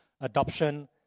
Adoption